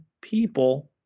people